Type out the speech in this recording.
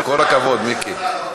כל הכבוד, מיקי.